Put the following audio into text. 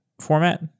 format